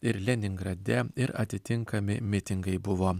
ir leningrade ir atitinkami mitingai buvo